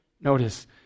Notice